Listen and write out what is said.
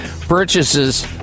purchases